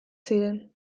ziren